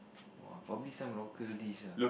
!wah! probably some local dish lah